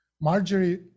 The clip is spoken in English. Marjorie